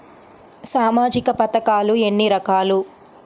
సామాజిక పథకాలు ఎన్ని రకాలు?